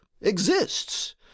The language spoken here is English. exists